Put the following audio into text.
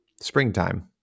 springtime